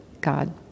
God